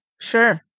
Sure